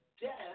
death